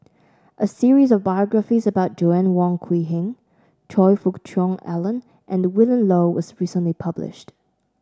a series of biographies about Joanna Wong Quee Heng Choe Fook Cheong Alan and Willin Low was recently published